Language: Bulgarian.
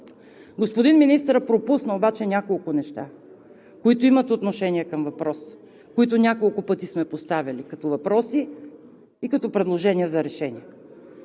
Господин министърът пропусна обаче няколко неща, които имат отношение към въпроса, които няколко пъти сме поставяли като въпроси и като предложения за решения.